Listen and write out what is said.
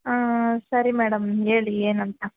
ಆಂ ಸರಿ ಮೇಡಂ ಹೇಳಿ ಏನಂತ